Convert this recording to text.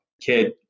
kid